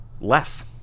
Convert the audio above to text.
Less